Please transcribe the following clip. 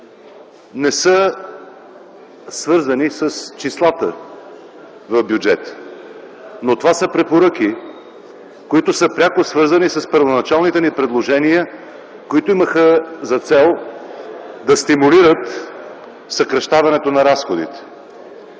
не са свързани с числата в бюджета. Но това са препоръки, които са пряко свързани с първоначалните ни предложения, които имаха за цел да стимулират съкращаването на разходите.